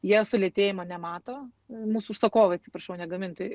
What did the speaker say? jie sulėtėjimo nemato mūsų užsakovai atsiprašau ne gamintojai